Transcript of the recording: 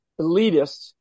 elitists